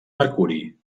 mercuri